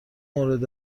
مورد